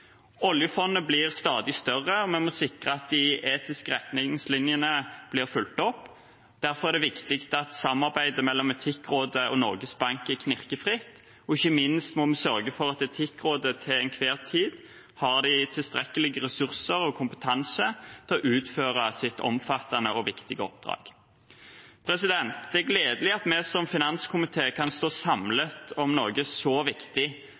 Oljefondet blir stadig større, og vi må sikre at de etiske retningslinjene blir fulgt opp. Derfor er det viktig at samarbeidet mellom Etikkrådet og Norges Bank er knirkefritt, og ikke minst må vi sørge for at Etikkrådet til enhver tid har tilstrekkelige ressurser og kompetanse til å utføre sitt omfattende og viktige oppdrag. Det er gledelig at vi som finanskomité kan stå samlet om noe så viktig